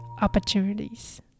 opportunities